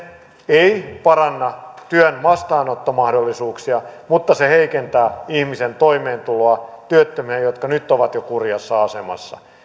ei paranna työn vastaanottomahdollisuuksia mutta se heikentää ihmisten toimeentuloa työttömien jotka jo nyt ovat kurjassa asemassa